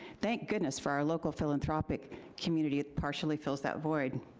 thank goodness for our local philanthropic community that partially fills that void.